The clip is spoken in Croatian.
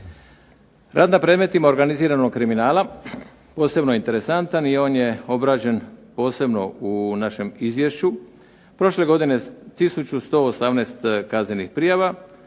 Rad na predmetima organiziranog kriminala posebno je interesantan i on je obrađen posebno u našem Izvješću. Prošle godine 1118 kaznenih prijava.